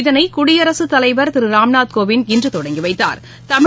இதனைகுடியரசுத் தலைவர் திருராம்நாத் கோவிந்த் இன்றுதொடங்கிவைத்தாா்